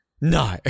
No